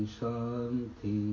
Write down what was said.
Shanti